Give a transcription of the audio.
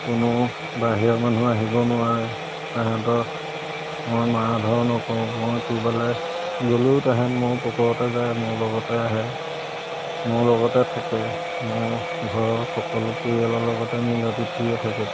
কোনো বাহিৰৰ মানুহ আহিব নোৱাৰে তাহাঁতৰ মই মাৰ ধৰ নকৰোঁ মই ক'ৰবালৈ গ'লেও তেহেঁত মোৰ পকৰতে যায় মোৰ লগতে আহে মোৰ লগতে থাকে মোৰ ঘৰৰ সকলো পৰিয়ালৰ লগতে মিলাপ্ৰীতিৰে থাকে